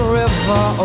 river